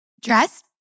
Dress